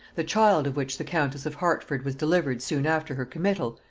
the child of which the countess of hertford was delivered soon after her committal,